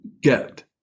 get